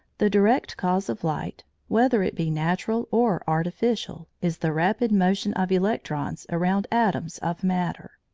the direct cause of light, whether it be natural or artificial, is the rapid motion of electrons around atoms of matter.